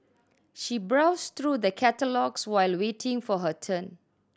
she browsed through the catalogues while waiting for her turn